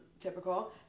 Typical